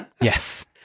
Yes